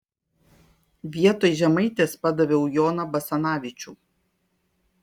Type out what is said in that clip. vietoj žemaitės padaviau joną basanavičių